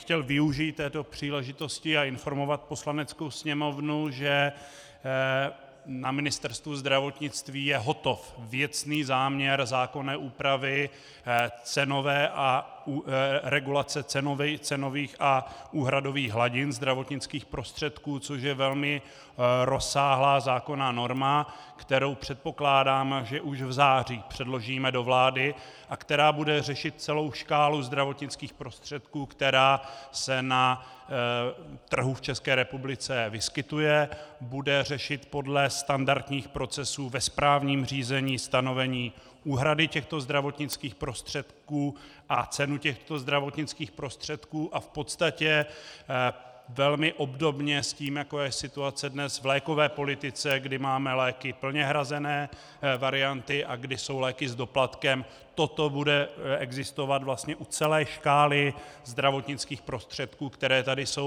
Chtěl bych využít této příležitosti a informovat Poslaneckou sněmovnu, že na Ministerstvu zdravotnictví je hotov věcný záměr zákonné úpravy regulace cenových a úhradových hladin zdravotnických prostředků, což je velmi rozsáhlá zákonná norma, kterou, předpokládám, že už v září předložíme do vlády a která bude řešit celou škálu zdravotnických prostředků, která se na trhu v České republice vyskytuje, bude řešit podle standardních procesů ve správním řízení stanovení úhrady těchto zdravotnických prostředků a cenu těchto zdravotnických prostředků a v podstatě velmi obdobně s tím, jako je situace dnes v lékové politice, kdy máme léky plně hrazené varianty a kdy jsou léky s doplatkem, toto bude existovat vlastně u celé škály zdravotnických prostředků, které tady jsou.